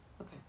Okay